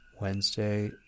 Wednesday